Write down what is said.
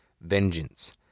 vengeance